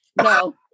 No